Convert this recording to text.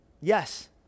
Yes